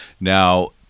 Now